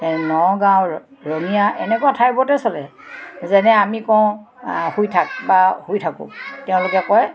নগাঁও ৰঙিয়া এনেকুৱা ঠাইবোৰতে চলে যেনে আমি কওঁ শুই থাক বা শুই থাকোঁ তেওঁলোকে কয়